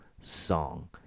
song